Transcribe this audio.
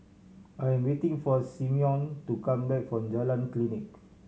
I am waiting for Simeon to come back from Jalan Klinik